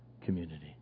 community